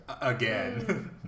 again